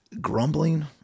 Grumbling